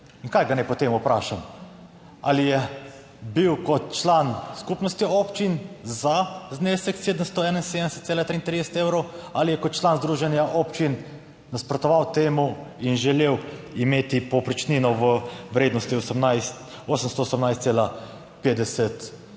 In kaj ga naj potem vprašam? Ali je bil kot član Skupnosti občin za znesek 771,33 evrov? Ali je kot član Združenja občin nasprotoval temu in želel imeti povprečnino v vrednosti 818,50 evra?